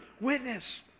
witness